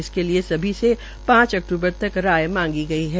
इसके लिए सभी से पांच अक्तूबर तक राय मांगी गई है